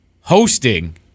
hosting